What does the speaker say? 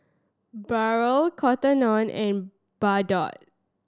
Barrel Cotton On and Bardot